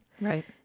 Right